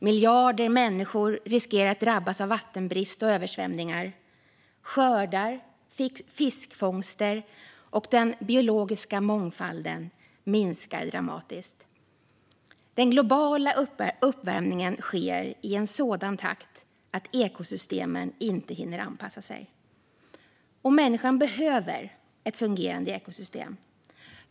Miljarder människor riskerar att drabbas av vattenbrist och översvämningar. Skördar, fiskfångster och den biologiska mångfalden minskar dramatiskt. Den globala uppvärmningen sker i en sådan takt att ekosystemen inte hinner anpassa sig. Människan behöver ett fungerande ekosystem.